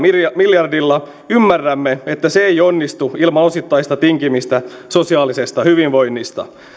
miljardilla ymmärrämme että se ei onnistu ilman osittaista tinkimistä sosiaalisesta hyvinvoinnista